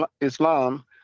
Islam